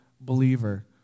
believer